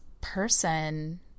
person